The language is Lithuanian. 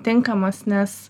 tinkamos nes